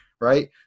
right